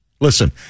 Listen